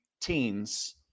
teens